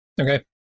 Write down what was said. okay